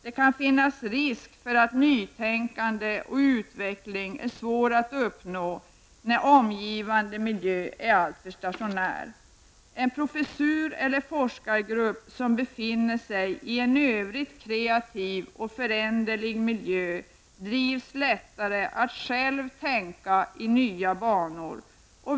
Det kan finnas en risk för att det är svårt att uppnå nytänkande och utveckling när omgivande miljö är alltför stationär. Om en forskargrupp eller innehavaren av en professur befinner sig i en i övrigt kreativ och föränderlig miljö, drivs de lättare att själva tänka i nya banor.